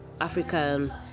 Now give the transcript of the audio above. African